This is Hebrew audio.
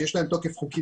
שיש להן תוקף חוקי,